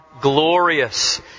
glorious